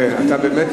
לא?